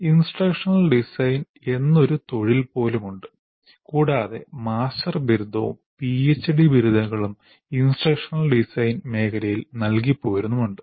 instructional designer എന്നൊരു തൊഴിൽ പോലും ഉണ്ട് കൂടാതെ മാസ്റ്റർ ബിരുദവും പിഎച്ച്ഡി ബിരുദങ്ങളും ഇൻസ്ട്രക്ഷണൽ ഡിസൈൻ മേഖലയിൽ നൽകിപ്പോരുന്നുണ്ട്